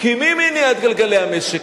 כי מי מניע את גלגלי המשק?